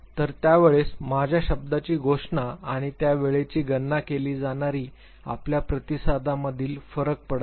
तर त्यावेळेस माझ्या शब्दाची घोषणा आणि त्या वेळेची गणना केली जाणारी आपल्या प्रतिसादामधील फरक फरक पडत नाही